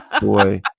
boy